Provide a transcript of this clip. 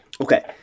Okay